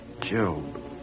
Job